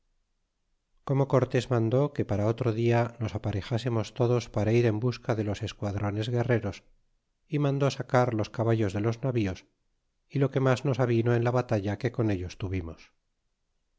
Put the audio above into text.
como cortes mandó que para otro dia nos aparejásemos todos para ir en busca de los esquadrones guerreros y mandó sacar los caballos de los navíos y lo que mas nos avino en la batalla que con ellos tuvimos